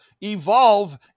evolve